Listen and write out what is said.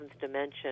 dimension